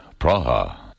Praha